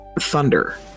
thunder